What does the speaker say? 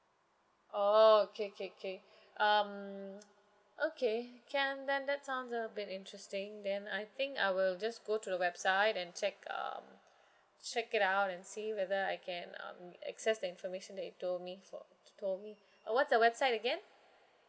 oh okay okay okay um okay can then that sounds a bit interesting then I think I will just go to the website and check um check it out and see whether I can um access the information that you've told me for t~ told me uh what's the website again